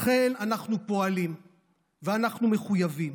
לכן אנחנו פועלים ואנחנו מחויבים